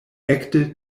ekde